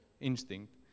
instinct